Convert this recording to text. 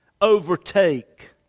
overtake